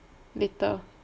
later